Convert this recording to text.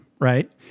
Right